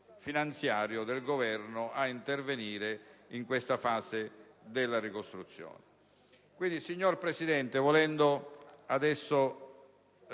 finanziario del Governo, che dovrà intervenire in questa fase della ricostruzione. Signor Presidente, volendo adesso